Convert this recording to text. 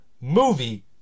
movie